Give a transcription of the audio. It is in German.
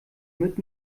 mit